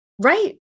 Right